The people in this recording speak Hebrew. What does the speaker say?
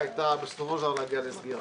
הייתה בסופו של דבר להגיע לסגירה.